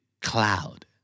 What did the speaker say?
Cloud